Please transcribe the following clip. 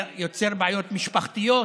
זה יוצר בעיות משפחתיות,